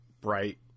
bright